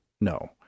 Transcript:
No